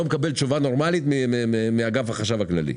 מקבל תשובה נורמאלית מאגף החשב הכללי,